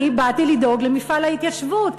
אני באתי לדאוג למפעל ההתיישבות.